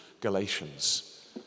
Galatians